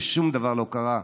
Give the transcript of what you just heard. ושום דבר לא קרה.